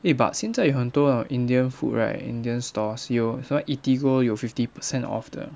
eh but 现在很多那中 indian food right indian stores 有什么 eatigo 有 fifty percent off 的